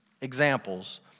examples